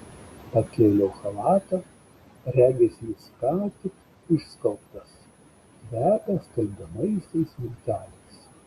pakėliau chalatą regis jis ką tik išskalbtas kvepia skalbiamaisiais milteliais